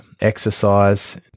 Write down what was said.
exercise